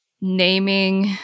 naming